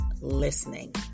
listening